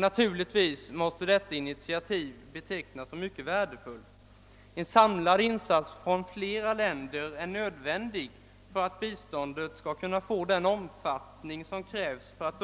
Naturligtvis måste detta initiativ betecknas som mycket värdefullt. "En samlad ' insats från flera länder är nödvändig för”att biståndet skall kunna få den omfattning som krävs för att